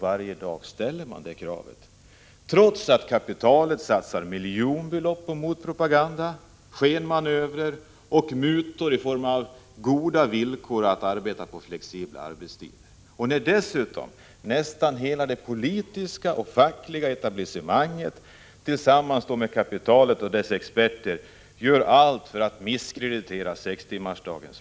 Människorna fortsätter att kräva detta trots att kapitalet satsar miljonbelopp på motpropaganda, skenmanövrer och mutor i form av goda villkor när det gäller flexibla arbetstider. Kravet ställs trots att dessutom nästan hela det politiska och fackliga etablissemanget tillsammans med kapitalet och dess experter gör allt för att misskreditera sextimmarsdagen.